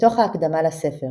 מתוך ההקדמה לספר